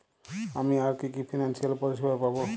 আমি আর কি কি ফিনান্সসিয়াল পরিষেবা পাব?